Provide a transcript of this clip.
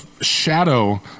shadow